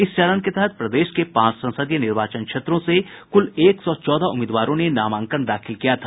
इस चरण के तहत प्रदेश के पांच संसदीय निर्वाचन क्षेत्रों से कुल एक सौ चौदह उम्मीदवारों ने नामांकन दाखिल किया था